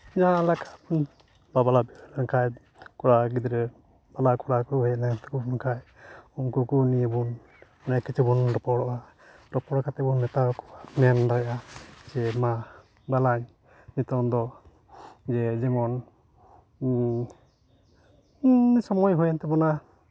ᱡᱟᱦᱟᱸᱞᱮᱠᱟ ᱵᱚᱱ ᱵᱟᱯᱞᱟ ᱵᱤᱦᱟᱹ ᱞᱮᱱᱠᱷᱟᱡ ᱠᱚᱲᱟ ᱜᱤᱫᱽᱨᱟᱹ ᱵᱟᱞᱟ ᱠᱚᱲᱟ ᱠᱚ ᱦᱮᱡ ᱞᱮᱱ ᱛᱟᱵᱚᱱ ᱠᱷᱟᱡ ᱩᱝᱠᱩ ᱠᱚ ᱱᱤᱭᱟᱹ ᱵᱚᱱ ᱚᱱᱮᱠ ᱠᱤᱪᱷᱩ ᱵᱚᱱ ᱨᱚᱯᱚᱲᱚᱜᱼᱟ ᱨᱚᱯᱚᱲ ᱠᱟᱛᱮ ᱵᱚᱱ ᱢᱮᱛᱟᱣᱟᱠᱚᱣᱟ ᱢᱮᱱ ᱫᱚᱭᱟ ᱡᱮ ᱢᱟ ᱵᱟᱞᱟᱧ ᱱᱤᱛᱳᱝ ᱫᱚ ᱡᱮ ᱡᱮᱢᱚᱱ ᱥᱚᱢᱚᱭ ᱦᱩᱭᱮᱱ ᱛᱟᱵᱚᱱᱟ